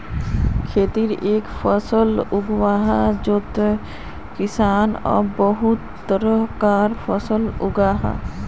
खेतित एके फसल लगवार जोगोत किसान अब बहुत तरह कार फसल लगाहा